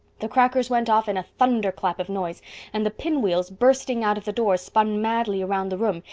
the crackers went off in a thunderclap of noise and the pinwheels bursting out of the door spun madly around the room,